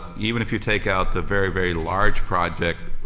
even if you take out the very, very large projects,